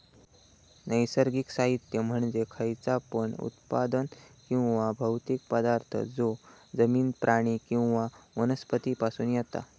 नैसर्गिक साहित्य म्हणजे खयचा पण उत्पादन किंवा भौतिक पदार्थ जो जमिन, प्राणी किंवा वनस्पती पासून येता